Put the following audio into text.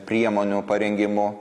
priemonių parengimu